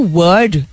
word